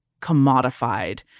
commodified